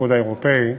האיחוד האירופי,